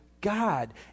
God